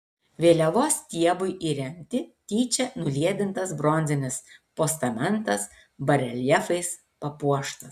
vėliavos stiebui įremti tyčia nuliedintas bronzinis postamentas bareljefais papuoštas